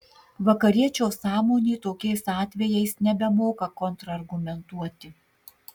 vakariečio sąmonė tokiais atvejais nebemoka kontrargumentuoti